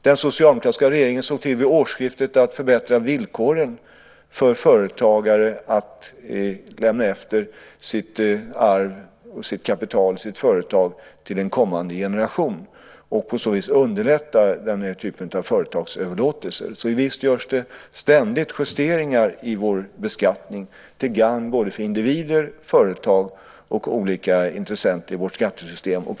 Den socialdemokratiska regeringen såg vid årsskiftet till att förbättra villkoren för företagare att lämna över sitt arv, sitt kapital, sitt företag till en kommande generation. På så vis har den typen av företagsöverlåtelser underlättats. Visst görs det ständigt justeringar i beskattningen till gagn för såväl individer och företag som olika intressenter i vårt skattesystem.